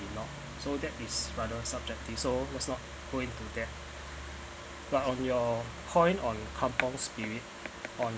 may not so that is rather subject so let's not going to that but on your point on kampung spirit on